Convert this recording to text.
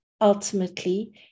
Ultimately